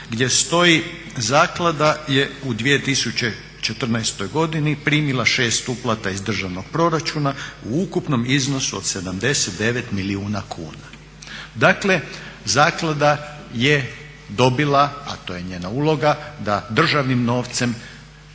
gdje stoji zaklada je u 2014. godini primila 6 uplata iz državnog proračuna u ukupnom iznosu od 79 milijuna kuna. Dakle zaklada je dobila, a to je njena uloga, da državnim novcem,